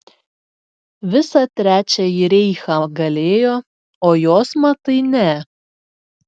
visą trečiąjį reichą galėjo o jos matai ne